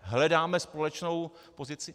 Hledáme společnou pozici?